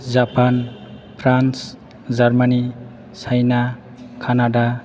Japan France Germany China Canada